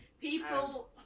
people